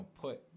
put